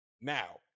Now